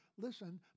Listen